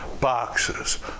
boxes